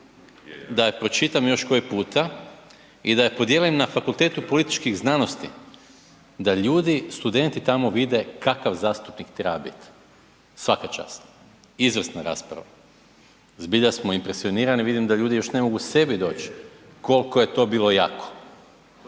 da je pročitam još koji puta i da je podijelim na Fakultetu političkih znanosti, da ljudi, studenti tamo vide kakav zastupnik treba bit, svaka čast, izvrsna rasprava, zbilja smo impresionirani, vidim da ljudi još ne mogu sebi doć kolko je to bilo jako.